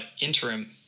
interim